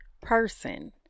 person